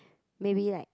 maybe like